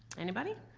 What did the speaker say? anybody?